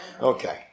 Okay